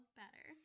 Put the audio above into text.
better